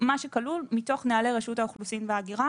מה שכלול מתוך נוהלי רשות האוכלוסין וההגירה